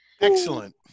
Excellent